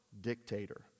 dictator